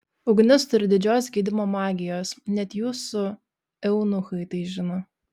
ugnis turi didžios gydymo magijos net jūsų eunuchai tai žino